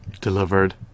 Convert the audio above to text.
delivered